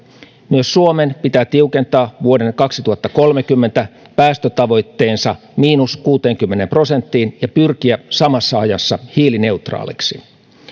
myös suomen pitää tiukentaa vuoden kaksituhattakolmekymmentä päästötavoitteensa miinus kuuteenkymmeneen prosenttiin ja pyrkiä samassa ajassa hiilineutraaliksi